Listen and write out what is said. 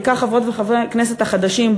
בעיקר חברות וחברי הכנסת החדשים,